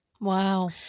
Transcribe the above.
Wow